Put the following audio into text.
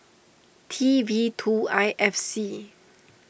T V two I F C